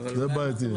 זה בעייתי,